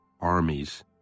armies